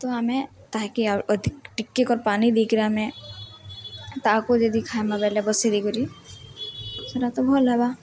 ତ ଆମେ ତାହାକେ ଆଉ ଅଧିକ ଟିକେ କର୍ ପାନି ଦେଇକିରି ଆମେ ତାହାକୁ ଯଦି ଖାଇବା ବୋଲେ ବସେଇ ଦେଇକରି ସେଟା ତ ଭଲ ହେବା